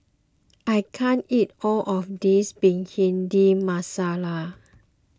I can't eat all of this Bhindi Masala